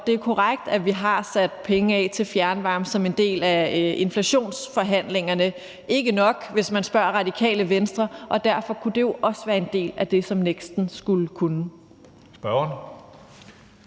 det er korrekt, at vi har sat penge af til fjernvarme som en del af inflationsforhandlingerne. Det er ikke nok, hvis man spørger Radikale Venstre, og derfor kunne det jo også være en del af det, som NEKST'en skulle kunne.